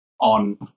on